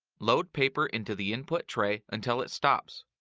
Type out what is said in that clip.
load paper into the input tray until it stops.